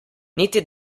niti